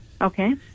Okay